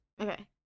Okay